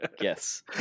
Yes